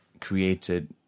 created